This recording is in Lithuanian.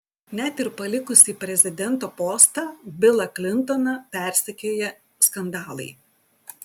net ir palikusį prezidento postą bilą klintoną persekioja skandalai